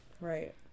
right